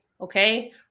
okay